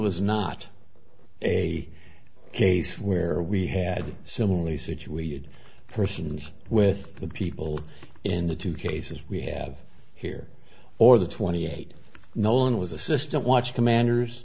was not a case where we had similarly situated persons with the people in the two cases we have here or the twenty eight nolan was assistant watch commanders